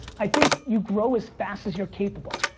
i think you grow as fast as you're capable.